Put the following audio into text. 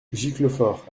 giclefort